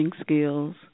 skills